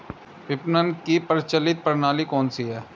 विपणन की प्रचलित प्रणाली कौनसी है?